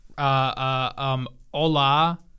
Hola